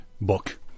book